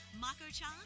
Mako-chan